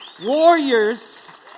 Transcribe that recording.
Warriors